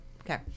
Okay